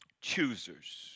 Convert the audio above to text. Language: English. choosers